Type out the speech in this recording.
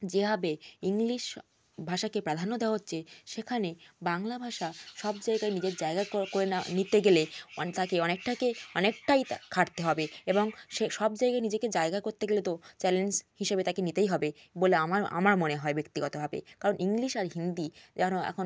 যেভাবে ইংলিশ ভাষাকে প্রাধান্য দেওয়া হচ্ছে সেখানে বাংলা ভাষা সব জায়গায় নিজের জায়গা করে নিতে গেলে তাকে অনেকটাকে অনেকটাই তা খাটতে হবে এবং সেসব জায়গায় নিজেকে জায়গা করতে গেলে তো চ্যালেঞ্জ হিসেবে তাকে নিতেই হবে বলে আমার আমার মনে হয় ব্যক্তিগতভাবে কারণ ইংলিশ আর হিন্দি যেন এখন